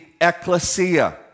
ecclesia